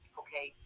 okay